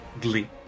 glee